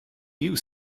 you